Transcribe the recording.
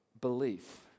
belief